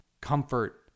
comfort